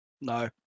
No